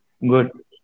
Good